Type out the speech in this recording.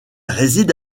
réside